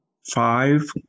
five